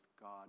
God